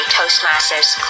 Toastmasters